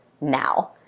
now